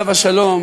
עליו השלום,